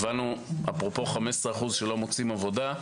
אפרופו 15% שלא מוצאים עבודה,